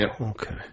okay